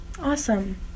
Awesome